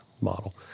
model